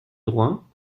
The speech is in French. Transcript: drouin